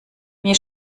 mir